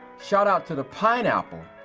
shoutout to the pineapple,